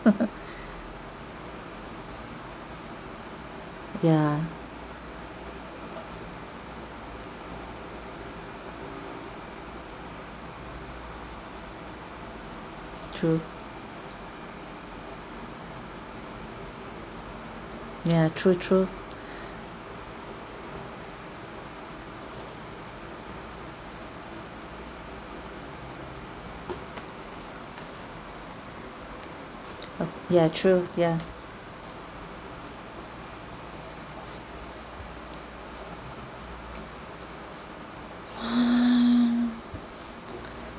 ya true yeah true true ya true ya !wah!